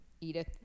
Edith